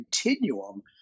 continuum